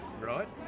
right